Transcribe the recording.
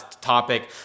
topic